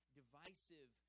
divisive